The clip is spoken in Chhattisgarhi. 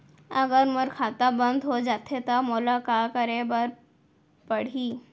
अगर मोर खाता बन्द हो जाथे त मोला का करे बार पड़हि?